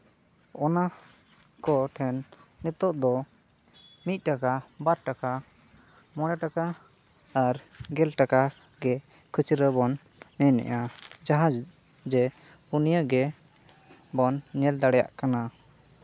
ᱚᱱᱟ ᱠᱚᱴᱷᱮᱱ ᱱᱤᱛᱚᱜ ᱫᱚ ᱢᱤᱫᱴᱟᱠᱟ ᱵᱟᱴ ᱴᱟᱠᱟ ᱢᱚᱬᱮ ᱴᱟᱠᱟ ᱟᱨ ᱜᱮᱞ ᱴᱟᱠᱟ ᱜᱮ ᱠᱷᱩᱪᱨᱟᱹᱵᱚᱱ ᱢᱮᱱᱮᱜᱼᱟ ᱡᱟᱦᱟᱸ ᱡᱮ ᱯᱩᱱᱭᱟᱹᱜᱮ ᱵᱚᱱ ᱧᱮᱞ ᱫᱟᱲᱮᱭᱟᱜ ᱠᱟᱱᱟ